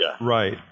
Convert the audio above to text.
Right